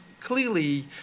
Clearly